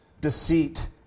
deceit